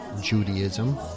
Judaism